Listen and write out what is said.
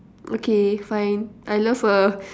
okay fine I love a